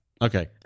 Okay